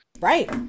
Right